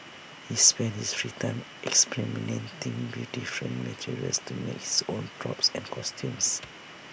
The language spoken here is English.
he spends his free time experimenting with different materials to make his own props and costumes